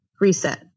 reset